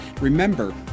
Remember